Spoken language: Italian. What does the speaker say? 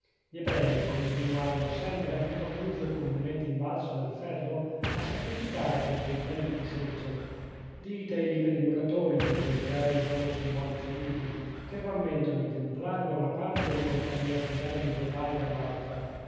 ebrei continuarono sempre anche dopo l'uso comunemente invalso del ferro a sacrificare con coltelli di selce dite ai liberi muratori di rinunziare ai loro simbolici riti che rammentano i templarii da una parte e le compagnie artigiane medievali dall'altra